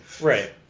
Right